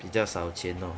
比较少钱 lor